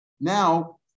Now